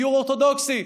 גיור אורתודוקסי.